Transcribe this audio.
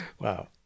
wow